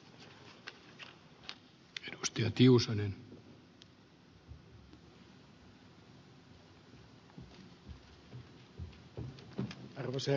arvoisa herra puhemies